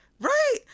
right